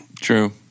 true